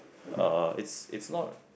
uh it's it's not